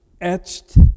etched